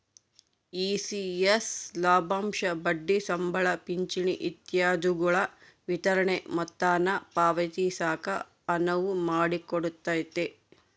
ECS ಲಾಭಾಂಶ ಬಡ್ಡಿ ಸಂಬಳ ಪಿಂಚಣಿ ಇತ್ಯಾದಿಗುಳ ವಿತರಣೆಗೆ ಮೊತ್ತಾನ ಪಾವತಿಸಾಕ ಅನುವು ಮಾಡಿಕೊಡ್ತತೆ